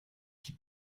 die